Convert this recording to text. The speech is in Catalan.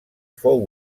fou